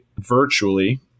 virtually